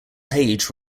page